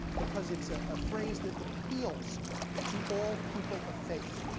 because it's ah a phrase that appeals to all people of faith.